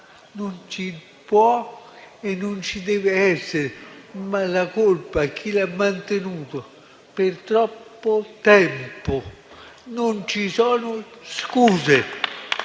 non ci può e non ci deve essere, ma la colpa è di chi l'ha mantenuto per troppo tempo. Non ci sono scuse.